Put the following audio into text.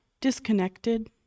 disconnected